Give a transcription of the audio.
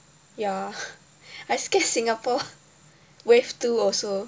ya I scared Singapore wave two also